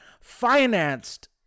financed